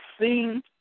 seen